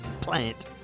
Plant